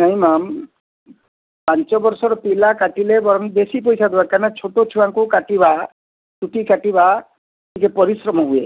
ନାଇଁ ମ୍ୟାମ୍ ପାଞ୍ଚବର୍ଷର ପିଲା କାଟିଲେ ବରଂ ବେଶି ପଇସା ଦରକାର ନା ଛୋଟ ଛୁଆଙ୍କୁ କାଟିବା ଚୁଟି କାଟିବା ଟିକିଏ ପରିଶ୍ରମ ହୁଏ